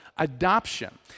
Adoption